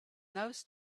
those